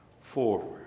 forward